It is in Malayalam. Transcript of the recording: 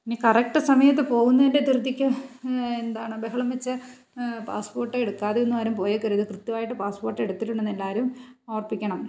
ഇനി കറക്റ്റ് സമയത്ത് പോകുന്നതിൻ്റെ ധൃതിയ്ക്ക് എന്താണ് ബഹളം വെച്ച് പാസ്പോർട്ട് എടുക്കാതെയൊന്നും ആരും പോയേക്കരുത് കൃത്യമായിട്ട് പാസ്പോർട്ട് എടുത്തിട്ടുണ്ടെന്ന് എല്ലാവരും ഉറപ്പിക്കണം